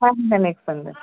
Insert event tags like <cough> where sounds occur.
<unintelligible> next Sunday